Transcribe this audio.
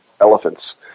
elephants